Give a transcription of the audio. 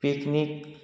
picnic